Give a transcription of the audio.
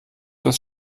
das